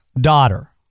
daughter